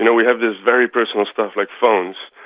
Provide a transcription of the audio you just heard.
you know we have this very personal stuff like phones,